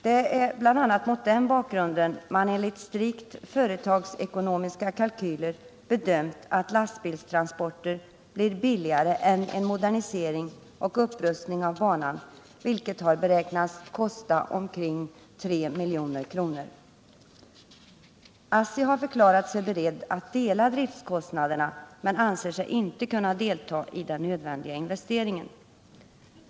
Det är bl.a. mot den bakgrunden man enligt strikt företagsekonomiska kalkyler bedömt att lastbilstransporter blir billigare än en modernisering och upprustning av banan, vilket har beräknats kosta omkring 3 milj.kr. ASSI har förklarat sig beredd att dela driftkostnaderna men anser sig inte kunna delta i den nödvändiga investeringen.